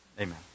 amen